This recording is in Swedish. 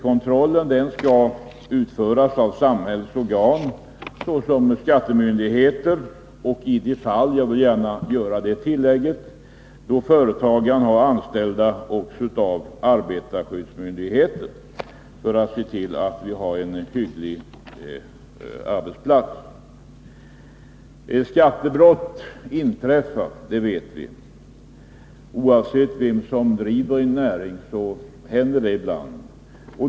Kontrollen skall utföras av samhällets organ, såsom skattemyndigheter och — jag vill gärna göra det tillägget —, i de fall då företagaren har anställda, även av arbetarskyddsmyndigheter för att se till att arbetsplatsen är acceptabel. Skattebrott inträffar, det vet vi. Oavsett vem som driver en näring händer det ibland.